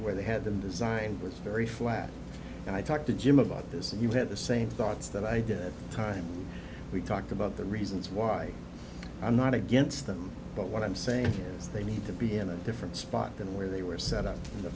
where they had been designed was very flat and i talked to jim about this and you had the same thoughts that i did time we talked about the reasons why i'm not against them but what i'm saying here is they need to be in a different spot than where they were set up in the